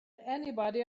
anybody